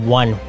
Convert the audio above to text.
one